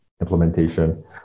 implementation